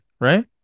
right